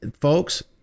folks